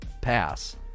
pass